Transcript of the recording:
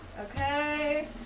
Okay